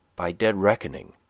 by dead reckoning,